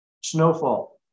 snowfall